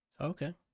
Okay